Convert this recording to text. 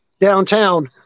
downtown